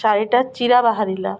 ଶାଢ଼ୀଟା ଚିରା ବାହାରିଲା